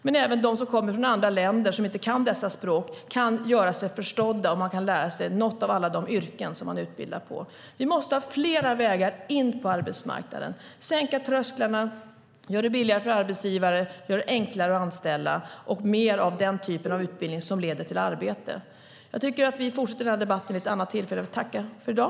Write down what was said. Men även de som kommer från andra länder, som inte kan dessa språk, kan göra sig förstådda och kan lära sig något av alla de yrken som man utbildar i. Vi måste ha flera vägar in på arbetsmarknaden, sänka trösklarna, göra det billigare för arbetsgivare, göra det enklare att anställa och ha mer av den typ av utbildning som leder till arbete. Jag tycker att vi ska fortsätta den här debatten vid ett annat tillfälle och tackar för i dag.